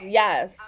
yes